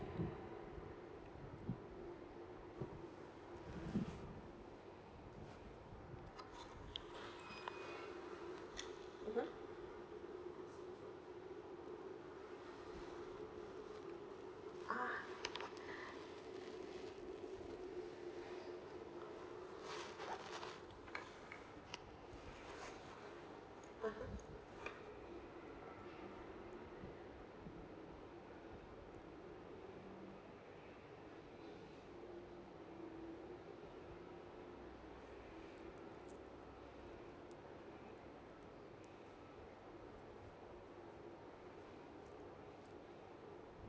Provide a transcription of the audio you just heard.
(uh huh) ah (uh huh)